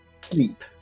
sleep